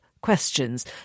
questions